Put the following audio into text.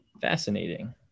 Fascinating